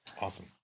Awesome